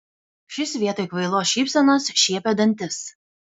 šis vietoj kvailos šypsenos šiepė dantis